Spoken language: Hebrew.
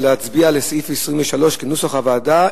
להצביע על סעיף 23 כנוסח הוועדה,